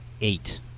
eight